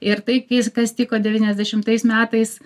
ir tai ki kas tiko devyniasdešimtais metais